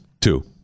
two